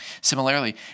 Similarly